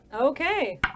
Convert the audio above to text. Okay